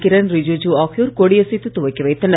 கிரண் ரிஜிஜூ ஆகியோர் கொடி அசைத்து துவக்கி வைத்தனர்